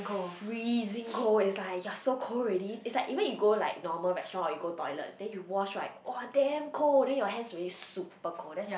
freezing cold it's like you're so cold already it's like even you go like normal restaurant or you go toilet then you wash right !wah! damn cold then your hands already super cold that's the